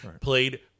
played